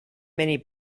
many